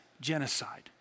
genocide